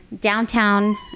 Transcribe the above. downtown